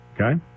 Okay